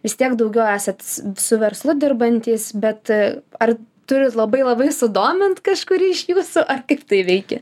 vis tiek daugiau esat su verslu dirbantys bet ar turi labai labai sudomint kažkurį iš jūsų ar kaip tai veikia